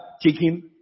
chicken